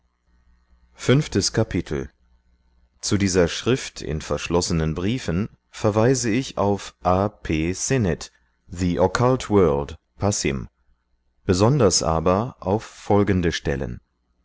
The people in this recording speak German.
fünftes kapitel zu dieser schrift in verschlossenen briefen verweise ich auf a p sinnet the occult world pass besonders aber auf folgende stellen